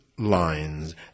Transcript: Lines